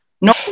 No